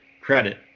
credit